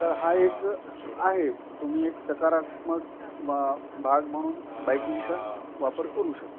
तर हा एक आहे तुम्ही एक सकारात्मक भा भाग म्हणून बाईकिंगचा वापर करू शकता